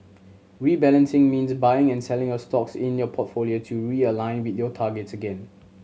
rebalancing means buying and selling a stocks in your portfolio to realign with your targets again